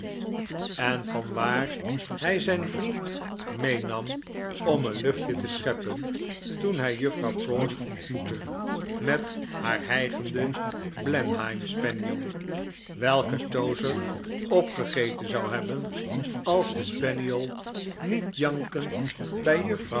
en vanwaar hij zijn vriend meenam om een luchtje te scheppen toen hij juffrouw crawley ontmoette met haar hijgenden blenheim spaniel welken towzer opgegeten zou hebben als de spaniel niet jankend bij juffrouw